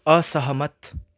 असहमत